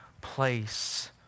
place